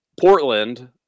Portland